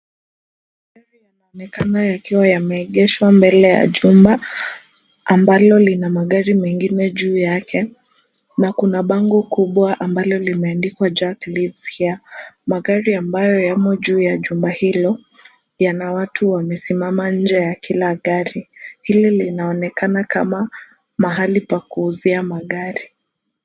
Magari yanaoneka yakiwa yameegeshwa mbele ya jumba ambalo lina magari mengine juu yake na kuna bango kubwa ambalo limeandikwa (cs) Jack Lives Here (cs). Magari ambayo yamo juu ya jumba hilo yana watu wamesimama inje ya kila gari. Hili linaonekana kama mahali pa kuuzia magari.